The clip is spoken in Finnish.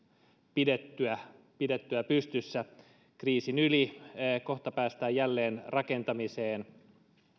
pidettyä pidettyä pystyssä kriisin yli kohta päästään jälleenrakentamiseen